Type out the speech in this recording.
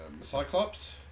Cyclops